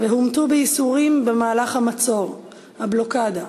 והומתו בייסורים במהלך המצור, הבלוקדה.